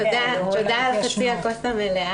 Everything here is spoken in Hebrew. תודה על רבע הכוס המלאה.